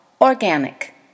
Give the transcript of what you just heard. Organic